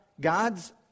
God's